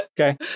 Okay